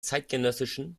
zeitgenössischen